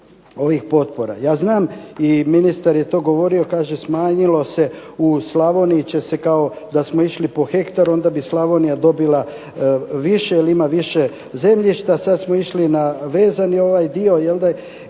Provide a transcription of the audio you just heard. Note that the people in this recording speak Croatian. ovih potpora. Ja znam i ministar je to govorio, kaže, smanjilo se u Slavoniji se, da smo išli po hektaru onda bi Slavonija dobila više jer ima više zemljišta, sada smo išli na vezani dio pa će